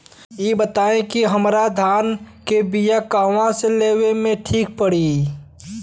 इ बताईं की हमरा धान के बिया कहवा से लेला मे ठीक पड़ी?